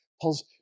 Paul's